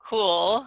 cool